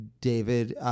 David